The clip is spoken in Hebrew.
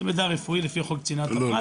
זה מידע רפואי לפי חוק צנעת הפרט.